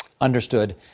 Understood